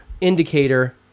indicator